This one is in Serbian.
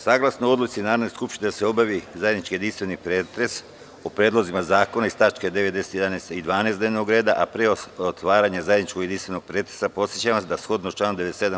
Saglasno odluci Narodne skupštine da se obavi zajednički jedinstveni pretres o predlozima zakona iz tačaka 9, 10, 11. i 12. dnevnog reda, a pre otvaranja zajedničkog jedinstvenog pretresa, podsećam vas da, shodno članu 97.